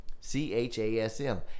C-H-A-S-M